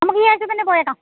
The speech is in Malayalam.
നമുക്കീ ആഴ്ച് തന്നെ പോയേക്കാം